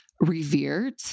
revered